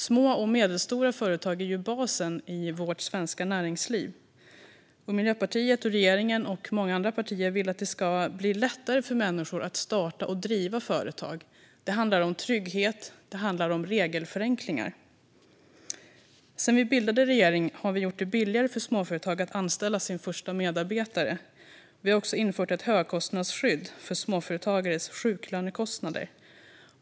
Små och medelstora företag är basen i vårt svenska näringsliv. Miljöpartiet och regeringen, och även många andra partier, vill att det ska bli lättare för människor att starta och driva företag. Det handlar om trygghet och om regelförenklingar. Sedan vi bildade regering har vi gjort det billigare för småföretag att anställa sin första medarbetare. Vi har också infört ett högkostnadsskydd för småföretagares sjuklönekostnader.